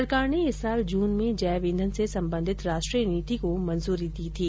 सरकार ने इस साल जून में जैव ईंधन से संबंधित राष्ट्रीय नीति को मंजूरी दी थी